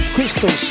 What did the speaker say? Crystal